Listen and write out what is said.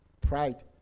pride